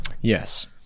Yes